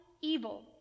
evil